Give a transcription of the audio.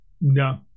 No